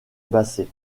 bassée